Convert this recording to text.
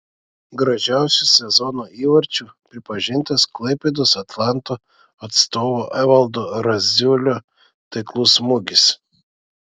gražiausiu sezono įvarčiu pripažintas klaipėdos atlanto atstovo evaldo raziulio taiklus smūgis